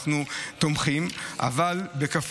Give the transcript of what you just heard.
אנחנו תומכים במעבר בקריאה הטרומית,